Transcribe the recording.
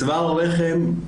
צוואר הרחם,